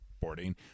boarding